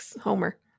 Homer